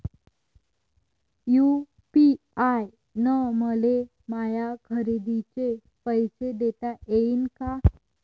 UPI न मले माया खरेदीचे पैसे देता येईन का?